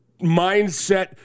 mindset